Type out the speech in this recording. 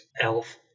Elf